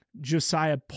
Josiah